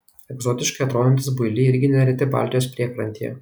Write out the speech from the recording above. egzotiškai atrodantys builiai irgi nereti baltijos priekrantėje